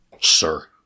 Sir